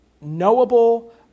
knowable